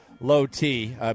Low-T